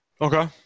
Okay